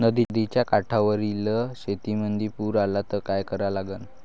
नदीच्या काठावरील शेतीमंदी पूर आला त का करा लागन?